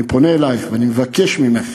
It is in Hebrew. אני פונה אלייך ואני מבקש ממך,